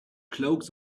cloaks